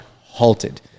halted